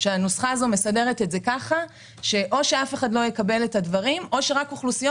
שהנוסחה מסדרת כך שאו שאף אחד לא יקבל או שרק אוכלוסיות